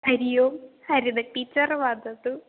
हरिः ओम् हरिद टीचर् वदतु